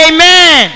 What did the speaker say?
Amen